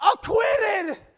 acquitted